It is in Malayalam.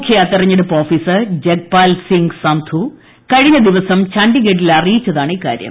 മുഖ്യ തെരഞ്ഞെടുപ്പ് ഓഫീസർ ജഗ്പാൽസിംഗ് സന്ധു കഴിഞ്ഞ ദിവസം ഛണ്ഡിഗഡ്ഡിൽ അറിയിച്ചതാണ് ഇക്കാര്യം